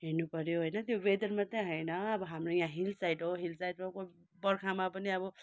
हेर्नु पर्यो होइन त्यो वेदर मात्रै होइन अब हाम्रो यहाँ हिल साइड हो हिल साइडमा बर्खामा पनि अब